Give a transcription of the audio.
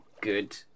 good